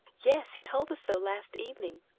yes, he told us so last evening,